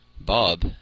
Bob